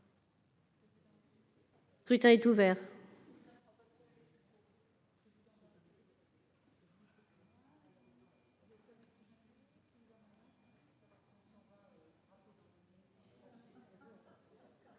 Le scrutin est ouvert.